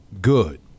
good